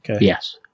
yes